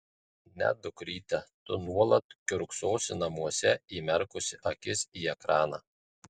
ne dukryte tu nuolat kiurksosi namuose įmerkusi akis į ekraną